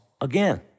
again